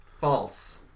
False